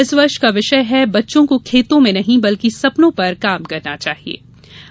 इस वर्ष का विषय है बच्चों को खेतों में नहीं बल्कि सपनों पर काम करना चाहिए